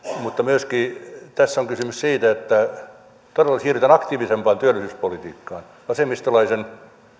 mutta myöskin tässä on kysymys siitä että todella siirrytään aktiivisempaan työllisyyspolitiikkaan vasemmistolaisen